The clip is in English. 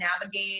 navigate